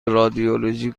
رادیولوژی